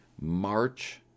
March